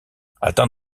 atteint